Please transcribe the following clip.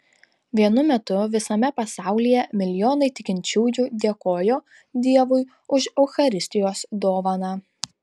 vienu metu visame pasaulyje milijonai tikinčiųjų dėkojo dievui už eucharistijos dovaną